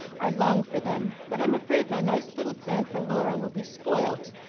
i long for them, but i'm afraid my nice little plan for laura will be spoilt,